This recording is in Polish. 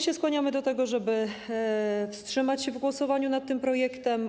Skłaniamy się do tego, żeby wstrzymać się w głosowaniu nad tym projektem.